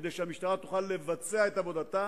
כדי שהמשטרה תוכל לבצע את עבודתה